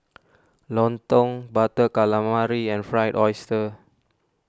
Lontong Butter Calamari and Fried Oyster